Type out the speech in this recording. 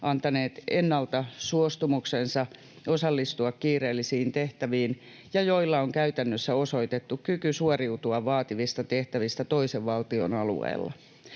antaneet ennalta suostumuksensa osallistua kiireellisiin tehtäviin ja joilla on käytännössä osoitettu kyky suoriutua vaativista tehtävistä toisen valtion alueella.